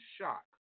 shock